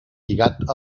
lligat